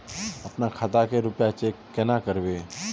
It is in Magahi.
अपना खाता के रुपया चेक केना करबे?